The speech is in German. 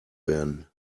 werden